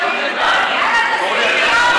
יאללה, אורלי,